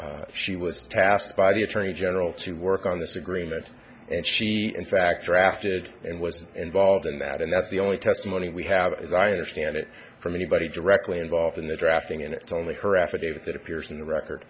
time she was tasked by the attorney general to work on this agreement and she in fact drafted and was involved in that and that's the only testimony we have is i understand it from anybody directly involved in the drafting and it's only her affidavit that appears in the record